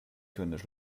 können